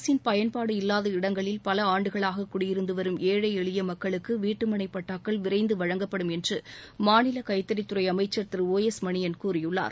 அரசின் பயன்பாடு இல்லாத இடங்களில் பல ஆண்டுகளாக குடியிருந்து வரும் ஏழை எளிய மக்களுக்கு வீட்டுமனை பட்டாக்கள் விரைந்து வழங்கப்படும் என்று மாநில கைத்தறித்துறை அமைச்சர் திரு ஒ எஸ் மணியன் கூறியுள்ளார்